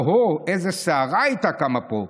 או-הו איזו סערה הייתה קמה פה.